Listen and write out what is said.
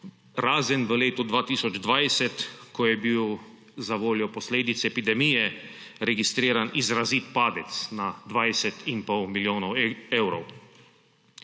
razen v letu 2020, ko je bil zavoljo posledic epidemije registriran izrazit padec, na 20 in pol milijonov evrov.